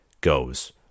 goes